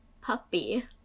Puppy